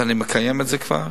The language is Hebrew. ואני מקיים את זה כבר,